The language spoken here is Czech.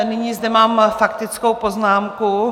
Nyní zde mám faktickou poznámku.